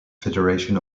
federation